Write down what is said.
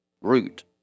root